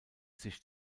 sich